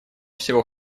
всего